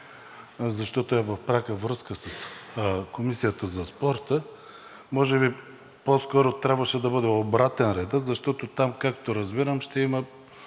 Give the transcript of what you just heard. защото е в пряка връзка с Комисията за спорта, може би по-скоро трябваше да бъде обратен редът, защото там, както разбирам, ще има